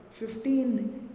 15